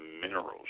minerals